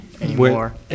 anymore